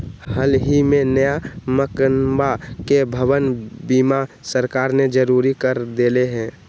हल ही में नया मकनवा के भवन बीमा सरकार ने जरुरी कर देले है